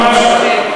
יפה.